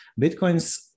Bitcoins